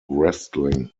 wrestling